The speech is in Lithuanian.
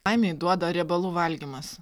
laimei duoda riebalų valgymas